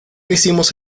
hicimos